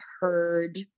heard